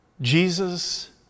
Jesus